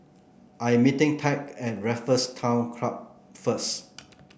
I'm meeting Tad at Raffles Town Club first